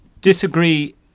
disagree